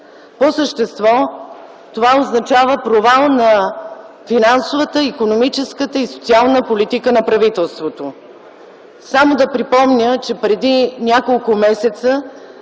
По същество това означава провал на финансовата, икономическата и социална политика на правителството. Само да припомня, че преди няколко месеца